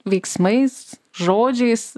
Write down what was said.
veiksmais žodžiais